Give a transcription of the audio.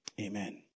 Amen